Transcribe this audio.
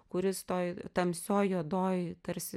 kuris toj tamsioj juodojoj tarsi